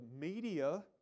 media